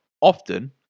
often